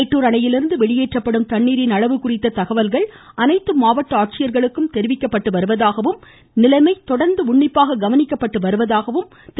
மேட்டுர் அணையிலிருந்து வெளியேற்றப்படும் தண்ணீரின் அளவு குறித்த தகவல்கள் அனைத்து மாவட்ட ஆட்சியர்களுக்கு தெரிவிக்கப்படுவதாகவும் நிலைமை தொடர்ந்து உன்னிப்பாக கவனிக்கப்பட்டு வருவதாகவும் திரு